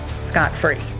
scot-free